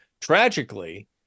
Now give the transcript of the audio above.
tragically